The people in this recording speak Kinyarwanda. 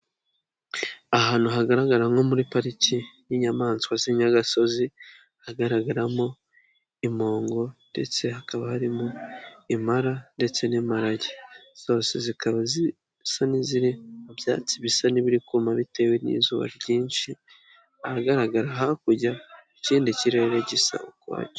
Ahantu hagaragara nko muri pariki y'inyamaswa z'inyagasozi, hagaragaramo impongo ndetse hakaba harimo impara ndetse n'imparage. Zose zikaba zisa n'iziri mu byatsi bisa n'ibiri kuma bitewe n'izuba ryinshi, ahagaragara. Hakurya ikindi kirere gisa ukwacyo.